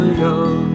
young